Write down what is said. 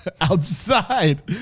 outside